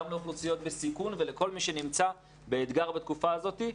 לאוכלוסיות בסיכון ולכל מי שנמצא באתגר בתקופה הזאת.